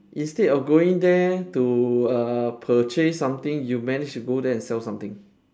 instead of going there to uh purchase something you managed to go there and sell something